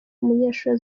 umunyeshuri